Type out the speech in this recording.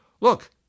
Look